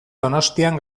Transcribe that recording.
donostian